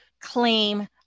claim